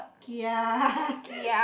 kia